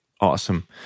awesome